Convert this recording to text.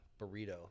burrito